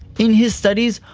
in his studies,